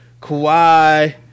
Kawhi